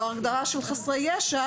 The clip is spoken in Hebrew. את ההגדרה של חסרי ישע,